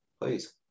Please